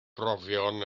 brofion